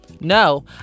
No